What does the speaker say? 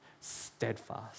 steadfast